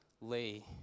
lay